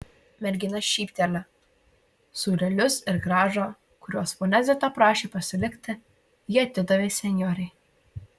mergina šypteli sūrelius ir grąžą kuriuos ponia zita prašė pasilikti ji atidavė senjorei